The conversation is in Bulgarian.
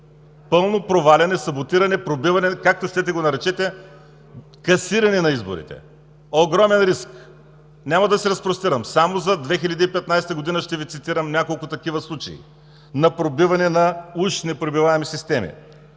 пълно проваляне, саботиране, пробиване, както щете го наречете, касиране на изборите. Огромен риск! Няма да се разпростирам, само за 2015 г. ще Ви цитирам няколко такива случаи на пробиване на уж непробиваеми системи: